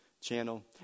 channel